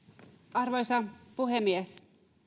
arvoisa puhemies